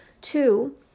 Two